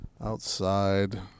outside